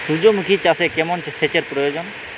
সূর্যমুখি চাষে কেমন সেচের প্রয়োজন?